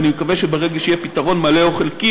ואני מקווה שברגע שיהיה פתרון מלא או חלקי